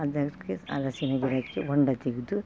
ಅದಕ್ಕೆ ಹಲಸಿನ ಗಿಡಕ್ಕೆ ಹೊಂಡ ತೆಗೆದು